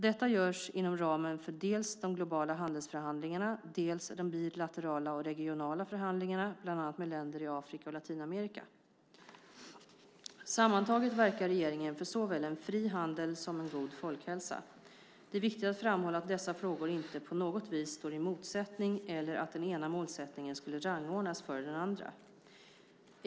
Detta görs inom ramen för dels de globala handelsförhandlingarna, dels i de bilaterala och regionala förhandlingarna, bland annat med länder i Afrika och Latinamerika. Sammantaget verkar regeringen för såväl en fri handel som en god folkhälsa. Det är viktigt att framhålla att dessa frågor inte på något vis står i motsättning eller att den ena målsättningen skulle rangordnas före den andra.